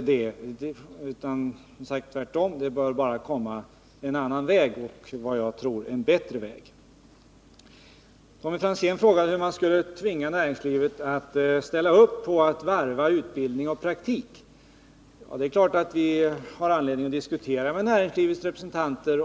den — tvärtom. Lösningen bör bara komma på en annan och, som jag tror, bättre väg. Tommy Franzén frågade hur man skulle tvinga näringslivet att ställa upp på att varva utbildning och praktik. Det är klart att vi har anledning att diskutera den frågan med näringslivets representanter.